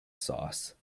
sauce